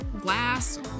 glass